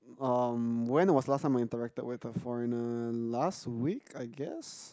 um when was the last time I interacted with a foreigner last week I guess